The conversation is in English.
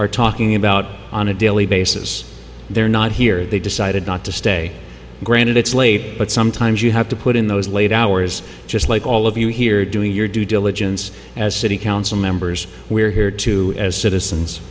are talking about on a daily basis they're not here they decided not to stay granted it's late but sometimes you have to put in those late hours just like all of you here doing your due diligence as city council members we're here to as citizens